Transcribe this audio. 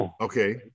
Okay